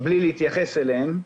בלי להתייחס אליהם.